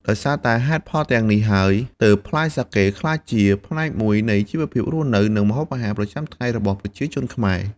ដោយសារតែហេតុផលទាំងនេះហើយ ទើបផ្លែសាកេក្លាយជាផ្នែកមួយនៃជីវភាពរស់នៅ និងម្ហូបអាហារប្រចាំថ្ងៃរបស់ប្រជាជនខ្មែរ។